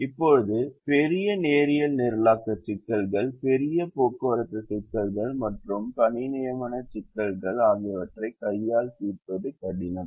இப்போது பெரிய நேரியல் நிரலாக்க சிக்கல்கள் பெரிய போக்குவரத்து சிக்கல்கள் மற்றும் ஒதுக்கீடு சிக்கல்கள் ஆகியவற்றை கையால் தீர்ப்பது கடினம்